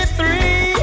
three